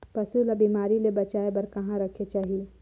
पशु ला बिमारी ले बचाय बार कहा रखे चाही?